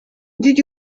did